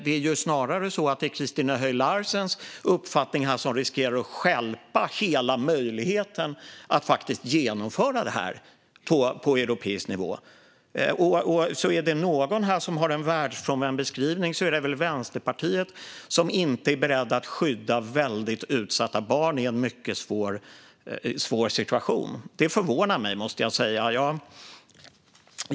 Det är snarare så att det är Christina Höj Larsens uppfattning som riskerar att stjälpa hela möjligheten att genomföra detta på europeisk nivå. Är det någon här som har en världsfrånvänd beskrivning är det väl Vänsterpartiet, som inte är berett att skydda väldigt utsatta barn i en mycket svår situation. Det förvånar mig, måste jag säga.